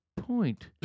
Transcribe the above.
point